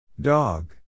Dog